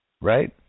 Right